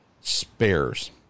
spares